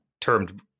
termed